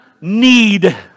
need